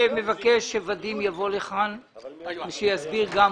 מבקש ש-ודים יבוא לכאן ושגם הוא יסביר.